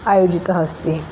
आयोजितः अस्ति